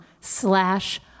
slash